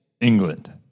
england